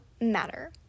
matter